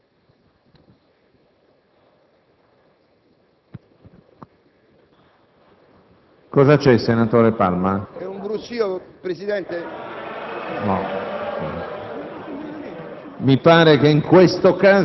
La democrazia sulla base dei numeri prevede in che modo una parte politica possa affermare il suo pensiero sull'altra parte politica.